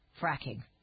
fracking